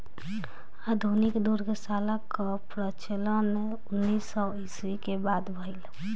आधुनिक दुग्धशाला कअ प्रचलन उन्नीस सौ ईस्वी के बाद भइल